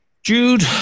Jude